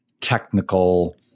technical